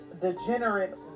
degenerate